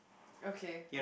okay